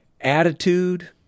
attitude